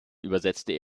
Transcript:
übersetzte